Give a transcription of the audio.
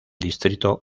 distrito